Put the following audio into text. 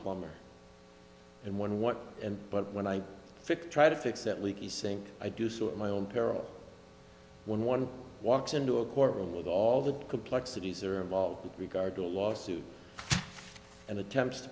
plumber and when what and but when i picked try to fix that leaky sink i do so at my own peril when one walks into a courtroom with all the complexities are involved with regard to a lawsuit and attempts